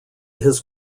his